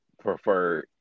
Prefer